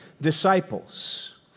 disciples